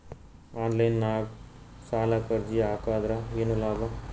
Online ನಾಗ್ ಸಾಲಕ್ ಅರ್ಜಿ ಹಾಕದ್ರ ಏನು ಲಾಭ?